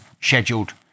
scheduled